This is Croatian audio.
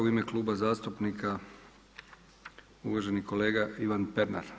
U ime Kluba zastupnika uvaženi kolega Ivan Pernar.